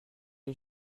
les